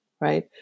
right